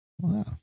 Wow